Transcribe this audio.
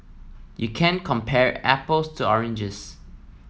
you can't compare apples to oranges